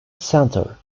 centre